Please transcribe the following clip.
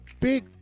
big